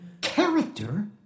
Character